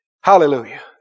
Hallelujah